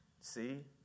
See